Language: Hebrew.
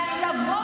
לבוא